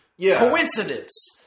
coincidence